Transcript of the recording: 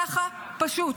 ככה פשוט.